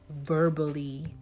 verbally